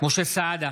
משה סעדה,